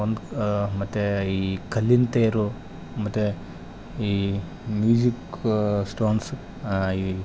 ಒಂದು ಮತ್ತು ಈ ಕಲ್ಲಿನ ತೇರು ಮತ್ತು ಈ ಮ್ಯೂಸಿಕ್ಕು ಸ್ಟೋನ್ಸ್ ಈ